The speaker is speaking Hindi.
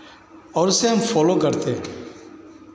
और उसे हम फॉलो करते हैं